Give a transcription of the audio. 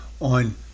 on